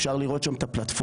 אפשר לראות שם את הפלטפורמה.